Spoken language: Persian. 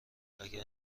اگر